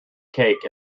cake